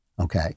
okay